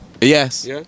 Yes